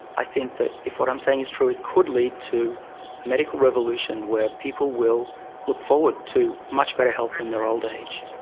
i think that if what i'm saying is true it could lead to a medical revolution where people will look forward to much better health in their old age.